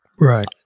Right